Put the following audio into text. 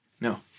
No